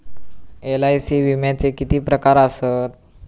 LIC विम्याचे किती प्रकार आसत?